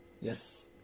Yes